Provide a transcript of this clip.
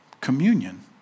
communion